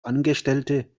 angestellte